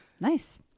Nice